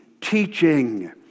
teaching